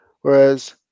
Whereas